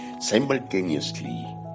simultaneously